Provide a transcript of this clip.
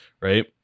right